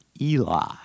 Eli